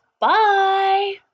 Bye